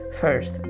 First